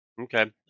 okay